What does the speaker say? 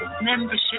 Membership